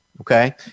Okay